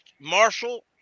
Marshall